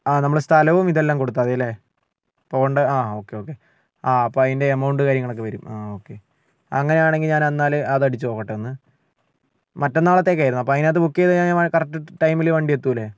ആ നമ്മൾ സ്ഥലവും ഇതെല്ലാം കൊടുത്താൽ മതി അല്ലേ പോവേണ്ടത് ആ ഓക്കെ ഓക്കെ ആ അപ്പം അതിന്റെ എമൗണ്ട് കാര്യങ്ങളൊക്കെ വരും ആ ഓക്കെ അങ്ങനെയാണെങ്കിൽ ഞാൻ എന്നാൽ അത് അടിച്ചു നോക്കട്ടെ ഒന്ന് മറ്റന്നാളത്തേക്ക് ആയിരുന്നു അപ്പോൾ അതിനകത്ത് ബുക്ക് ചെയ്തുകഴിഞ്ഞാൽ കറക്റ്റ് ടൈമിൽ വണ്ടി എത്തില്ലേ